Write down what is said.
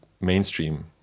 mainstream